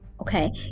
okay